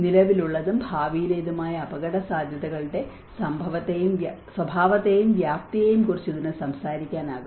നിലവിലുള്ളതും ഭാവിയിലെതുമായ അപകടസാധ്യതകളുടെ സ്വഭാവത്തെയും വ്യാപ്തിയെയും കുറിച്ച് ഇതിന് സംസാരിക്കാനാകും